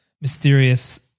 mysterious